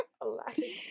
Aladdin